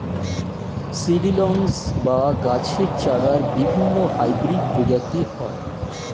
seedlings বা গাছের চারার বিভিন্ন হাইব্রিড প্রজাতি হয়